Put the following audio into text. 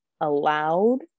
allowed